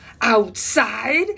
outside